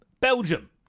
Belgium